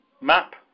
map